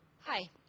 Hi